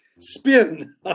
spin